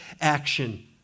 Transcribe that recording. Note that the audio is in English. action